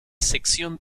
sección